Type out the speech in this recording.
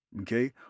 Okay